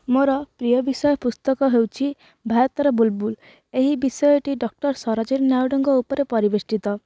ମୋର ପ୍ରିୟ ବିଷୟ ପୁସ୍ତକ ହେଉଛି ଭାରତର ବୁଲବୁଲ୍ ଏହି ବିଷୟଟି ଡକ୍ଟର ସରୋଜିନୀ ନାଇଡୁଙ୍କ ଉପରେ ପରିବେଷ୍ଟିତ